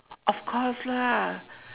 of course lah